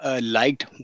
liked